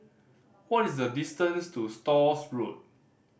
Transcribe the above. what is the distance to Stores Road